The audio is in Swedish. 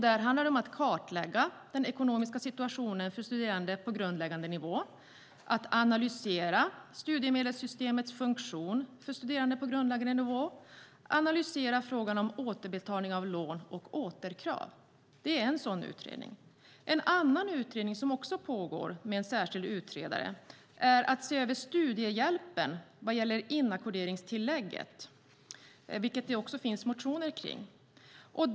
Det handlar om att kartlägga den ekonomiska situationen för studerande på grundläggande nivå, att analysera studiemedelssystemets funktion för studerande på grundläggande nivå och att analysera frågan om återbetalning av lån och återkrav. Det är en utredning. En annan utredning som också pågår med en särskild utredare gäller att se över studiehjälpen vad gäller inackorderingstillägget, som det också finns motioner om.